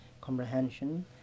comprehension